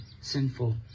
sinful